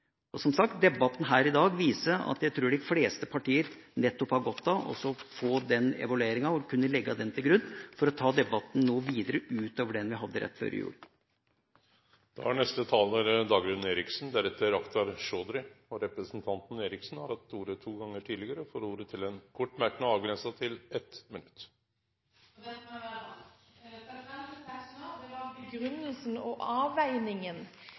Som sagt viser debatten her i dag at jeg tror de fleste partier har godt av å få evalueringa og legge den til grunn, slik at vi kan ta debatten noe videre utover den vi hadde rett før jul. Representanten Dagrun Eriksen har hatt ordet to gonger tidlegare og får ordet til ein kort merknad, avgrensa til 1 minutt. Derfor må jeg være rask. Til Michael Tetzschner vil jeg si at det var begrunnelsen – og avveiningen,